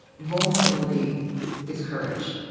vulnerability is courage.